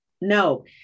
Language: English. no